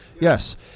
Yes